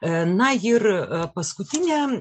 na ir paskutinė